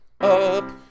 Up